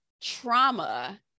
trauma